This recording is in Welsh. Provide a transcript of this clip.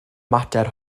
mater